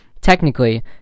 technically